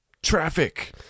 Traffic